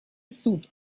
суд